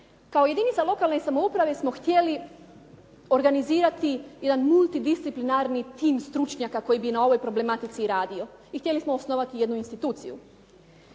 Kao jedinica lokalne samouprave smo htjeli organizirati jedan multidisciplinarni tim stručnjaka koji bi na ovoj problematici i radio i htjeli smo osnovati jednu instituciju.